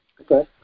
Okay